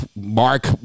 mark